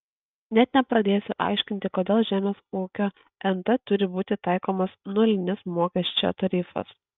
net nepradėsiu aiškinti kodėl žemės ūkio nt turi būti taikomas nulinis mokesčio tarifas